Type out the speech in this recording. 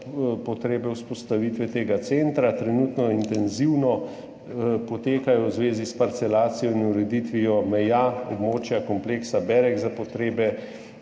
potrebe vzpostavitve tega centra. Trenutno intenzivno potekajo zadeve v zvezi s parcelacijo in ureditvijo meja območja kompleksa Berek za potrebe